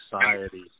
society